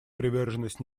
приверженность